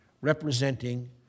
representing